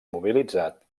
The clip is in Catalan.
mobilitzat